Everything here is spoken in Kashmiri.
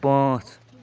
پٲنٛژھ